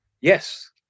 Yes